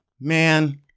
Man